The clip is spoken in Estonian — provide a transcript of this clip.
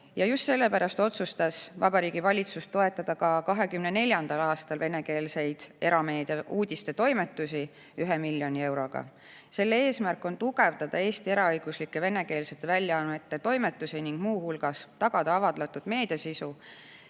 Just sellepärast otsustas Vabariigi Valitsus toetada ka 2024. aastal venekeelseid erameedia uudistetoimetusi 1 miljoni euroga. Selle eesmärk on tugevdada Eesti eraõiguslike venekeelsete väljaannete toimetusi ning muu hulgas tagada avaldatud meediasisu,